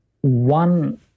one